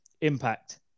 Impact